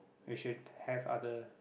you should have other